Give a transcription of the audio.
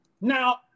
now